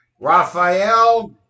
Raphael